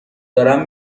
دارم